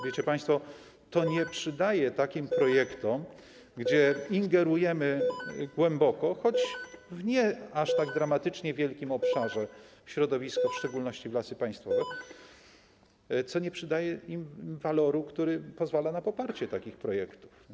Wiecie państwo, że takim projektom, w których ingerujemy głęboko - choć nie w aż tak dramatycznie wielkim obszarze - w środowisko, w szczególności w Lasy Państwowe, nie przydaje to waloru, który pozwala na poparcie takich projektów.